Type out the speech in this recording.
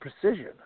precision